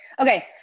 okay